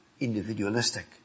individualistic